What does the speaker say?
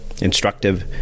instructive